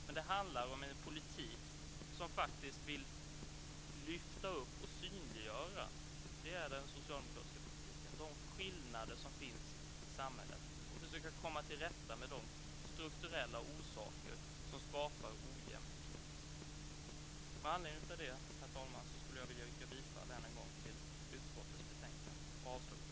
Den politik som vill lyfta upp och synliggöra de skillnader som finns i samhället är den socialdemokratiska politiken. Vi vill försöka komma tillrätta med de orsaker som skapar ojämlikhet. Herr talman! Med anledning av det vill jag än en gång yrka bifall till utskottets förslag i betänkandet och avslag på reservationerna.